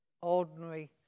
ordinary